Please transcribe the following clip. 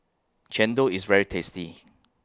Chendol IS very tasty